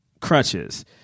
crutches